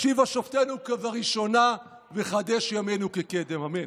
השיבה שופטינו כבראשונה וחדש ימינו כקדם, אמן.